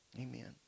Amen